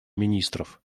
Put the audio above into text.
министров